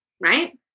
Right